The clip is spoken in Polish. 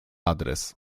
adres